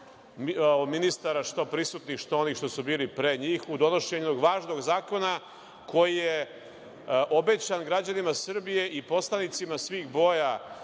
ministara, što prisutnih, što onih što su bili pre njih, u donošenju važnog zakona koji je obećan građanima Srbije i poslanicima svih boja